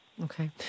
Okay